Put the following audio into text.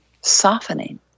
softening